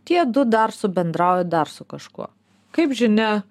tie du dar subendrau dar su kažkuo kaip žinia